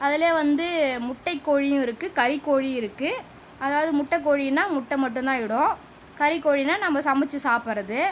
அதுல வந்து முட்டைக் கோழியும் இருக்கு கறி கோழியும் இருக்கு அதாவது முட்டை கோழின்னா முட்டை மட்டும் தான் இடும் கறிக்கோழின்னா நம்ப சமைச்சு சாப்படுறது